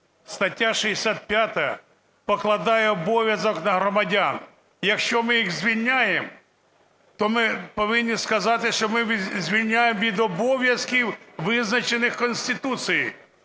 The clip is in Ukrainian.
стаття 65 покладає обов'язок на громадян. Якщо ми їх звільняємо, то ми повинні сказати, що ми звільняємо від обов'язків, визначених Конституцією.